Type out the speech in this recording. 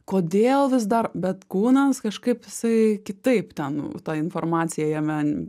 kodėl vis dar bet kūnas kažkaip jisai kitaip ten ta informacija jame